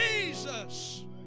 Jesus